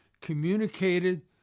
communicated